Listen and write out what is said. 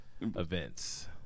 events